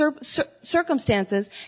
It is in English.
circumstances